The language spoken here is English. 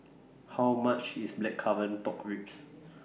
How much IS Blackcurrant Pork Ribs